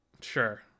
sure